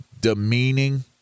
demeaning